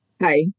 Hi